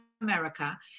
America